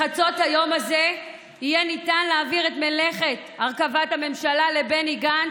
בחצות היום הזה יהיה ניתן להעביר את מלאכת הרכבת הממשלה לבני גנץ,